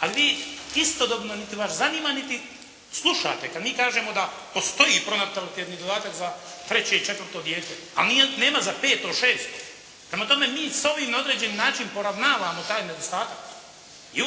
Ali vi istodobno niti vas zanima niti slušate kada mi kažemo da postoji pronatalitetni dodatak za treće i četvrto dijete, a nema za peto, šesto. Prema tome mi s ovim na određeni način poravnavamo taj nedostatak i